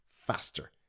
faster